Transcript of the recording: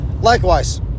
likewise